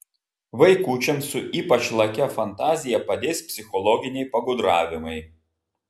vaikučiams su ypač lakia fantazija padės psichologiniai pagudravimai